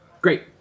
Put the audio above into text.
Great